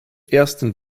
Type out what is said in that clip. ersten